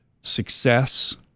success